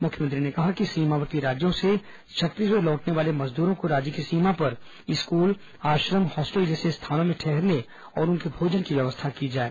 मुख्यमंत्री ने कहा कि सीमावर्ती राज्यों से छ त्ताीसगढ़ लौटने वाले मजदूरों को राज्य की सीमा पर स्कूल आश्रम हॉस्टल जैसे स्थानों में ठहरने और भोजन की व्यवस्था की जाए